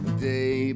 day